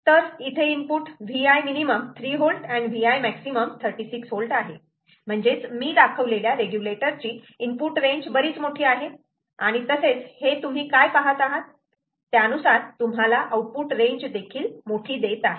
तर इथे input Vimin 3V आणि Vimax 36V आहेत म्हणजेच मी दाखवलेल्या रेग्युलेटर चे इनपुट रेंज बरीच मोठी आहे आणि तसेच हे तुम्ही काय पाहत आहात त्यानुसार तुम्हाला आउटपुट रेंज देखील मोठी देत आहे